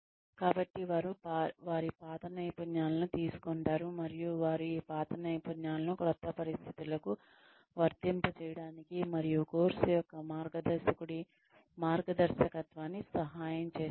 కాబట్టి వారు వారి పాత నైపుణ్యాలను తీసుకుంటారు మరియు వారు ఈ పాత నైపుణ్యాలను కొత్త పరిస్థితులకు వర్తింపజేయడానికి మరియు కోర్సు యొక్క మార్గదర్శకుడి మార్గదర్శకత్వానికి సహాయం చేస్తారు